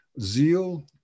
zeal